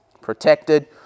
Protected